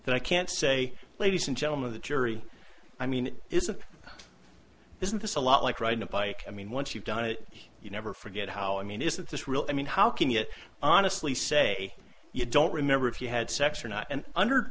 and i can't say ladies and gentlemen of the jury i mean isn't isn't this a lot like riding a bike i mean once you've done it you never forget how i mean is that this real i mean how can you honestly say you don't remember if you had sex or not and under